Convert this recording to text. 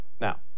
Now